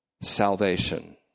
salvation